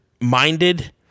minded